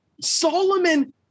Solomon